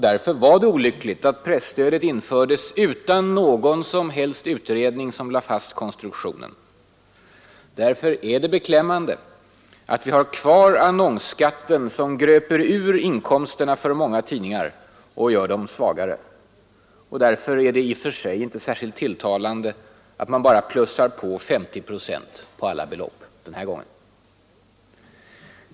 Därför var det olyckligt att presstödet infördes utan någon som helst utredning som lade fast konstruktionen. Därför är det beklämmande att vi har kvar annonsskatten, som gröper ur inkomsterna för många tidningar och gör dem svagare. Därför är det i och för sig inte särskilt tilltalande att man bara plussar på 50 procent på alla belopp den här gången.